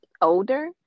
older